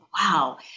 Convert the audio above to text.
wow